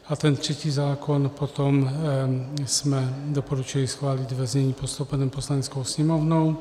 A ten třetí zákon potom jsme doporučili schválit ve znění postoupeném Poslaneckou sněmovnou.